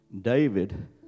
David